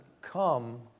come